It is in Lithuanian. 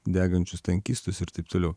degančius tankistus ir taip toliau